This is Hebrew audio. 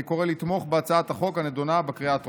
אני קורא לתמוך בהצעת החוק הנדונה בקריאה הטרומית.